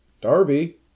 Darby